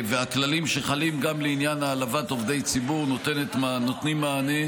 והכללים שחלים לעניין העלבת עובדי ציבור נותנים מענה.